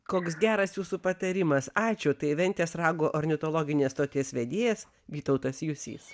koks geras jūsų patarimas ačiū tai ventės rago ornitologinės stoties vedėjas vytautas jusys